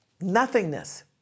nothingness